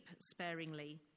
sparingly